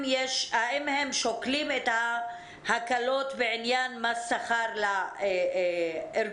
שוקלים את ההקלות בעניין מס שכר לארגונים.